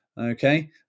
okay